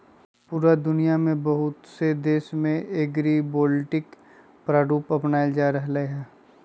पूरा दुनिया के बहुत से देश में एग्रिवोल्टिक प्रारूप अपनावल जा रहले है